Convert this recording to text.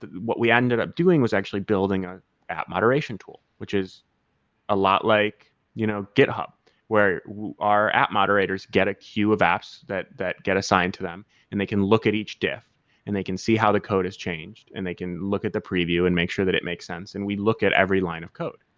what we ended up doing was actually building a app moderation tool, which is a lot like you know github where you are app moderators get a queue of apps that that get assigned to them and they can look at each diff and they can see how the code is changed and they can look at the preview and make sure that it makes sense, and we look at every line of code,